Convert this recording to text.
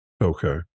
Okay